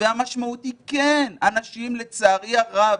והמשמעות היא שאנשים לצערי הרב,